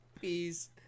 peace